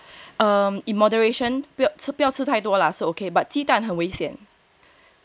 um in moderation 不要吃太多 lah so okay but 鸡蛋很危险